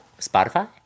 Spotify